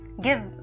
give